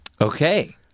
Okay